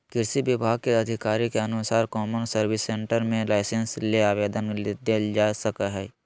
कृषि विभाग के अधिकारी के अनुसार कौमन सर्विस सेंटर मे लाइसेंस ले आवेदन देल जा सकई हई